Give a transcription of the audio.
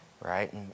Right